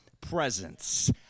presence